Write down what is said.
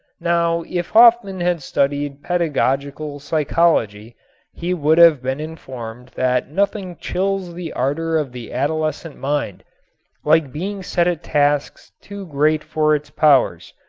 now if hofmann had studied pedagogical psychology he would have been informed that nothing chills the ardor of the adolescent mind like being set at tasks too great for its powers.